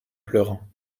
pleurant